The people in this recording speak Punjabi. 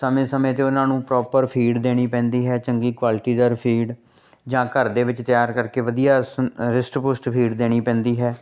ਸਮੇਂ ਸਮੇਂ 'ਤੇ ਉਹਨਾਂ ਨੂੰ ਪ੍ਰੋਪਰ ਫੀਡ ਦੇਣੀ ਪੈਂਦੀ ਹੈ ਚੰਗੀ ਕੁਆਲਿਟੀ ਦਾਰ ਫੀਡ ਜਾਂ ਘਰ ਦੇ ਵਿੱਚ ਤਿਆਰ ਕਰਕੇ ਵਧੀਆ ਸ ਰਿਸ਼ਟ ਪੁਸ਼ਟ ਫੀਡ ਦੇਣੀ ਪੈਂਦੀ ਹੈ